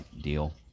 deal